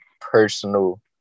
personal